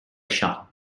shock